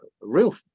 real